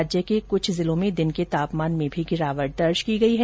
राज्य में कुछ जिलों में दिन के तापमान में भी गिरावट दर्ज की गयी है